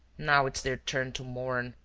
now it's their turn to mourn!